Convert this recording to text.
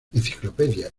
enciclopedia